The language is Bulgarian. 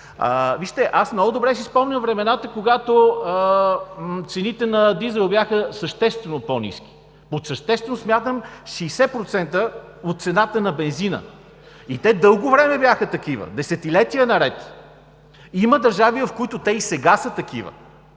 Вижте, много добре си спомням времената, когато цените на дизела бяха съществено по-ниски. Под съществено смятам 60% от цената на бензина и те дълго време бяха такива – десетилетия наред. Има държави, в които те и сега са такива.